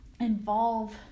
involve